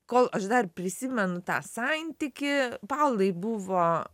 kol aš dar prisimenu tą santykį paulai buvo